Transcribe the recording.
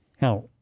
Now